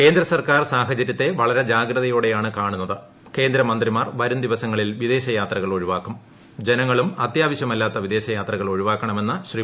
കേന്ദ്രസർക്കാർ സാഹചര്യത്തെ വളരെ ജാഗ്രതയോടെയാണ് കാണുന്നത് കേന്ദ്രമന്ത്രിമാർ വരുംദിവസങ്ങളിൽ വിദേശ യാത്രകൾ ഒഴിവാക്കും ജനങ്ങളും അത്യാവശ്യമല്ലാത്ത വിദേശയാത്രകൾ ഒഴിവാക്കണമെന്ന് ശ്രീ